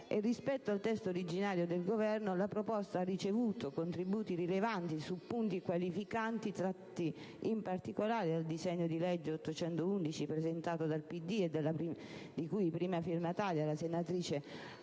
Rispetto al testo originario del Governo, la proposta ha ricevuto contributi rilevanti su punti qualificanti, tratti in particolare dal disegno di legge n. 811 presentato dal PD e di cui è prima firmataria la senatrice Anna